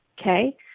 Okay